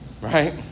right